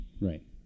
Right